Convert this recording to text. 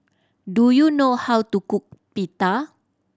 do you know how to cook Pita